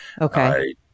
Okay